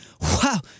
Wow